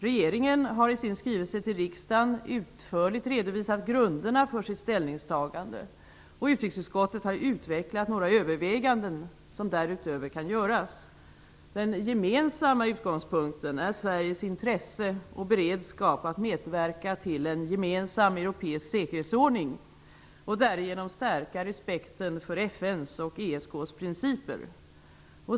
Regeringen har i sin skrivelse till riksdagen utförligt redovisat grunderna för sitt ställningstagande. Utrikesutskottet har utvecklat några överväganden som därutöver kan göras. Den gemensamma utgångspunkten är Sveriges intresse och beredskap att medverka till en gemensam europeisk säkerhetsordning och därigenom stärka respekten för FN:s och ESK:s principer.